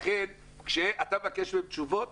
לכן כשאתה מבקש מהם תשובות,